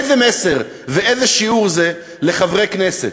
איזה מסר ואיזה שיעור זה לחברי כנסת?